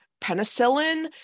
penicillin